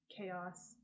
chaos